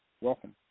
Welcome